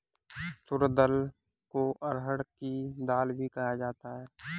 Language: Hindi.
तूर दाल को अरहड़ की दाल भी कहा जाता है